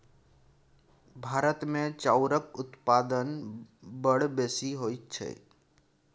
भारतमे चाउरक उत्पादन बड़ बेसी होइत छै